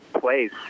place